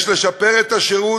יש לשפר את השירות,